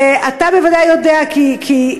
ואתה בוודאי יודע כי,